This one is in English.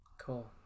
Cool